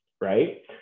right